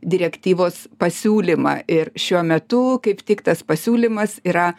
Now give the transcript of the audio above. direktyvos pasiūlymą ir šiuo metu kaip tik tas pasiūlymas yra